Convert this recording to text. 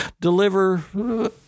deliver